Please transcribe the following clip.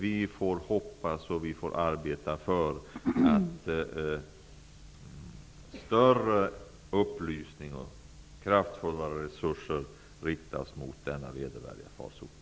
Vi får hoppas och vi får arbeta för att större upplysning och kraftfullare resurser riktas mot denna vedervärdiga farsot.